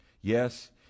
Yes